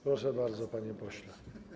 Proszę bardzo, panie pośle.